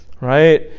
Right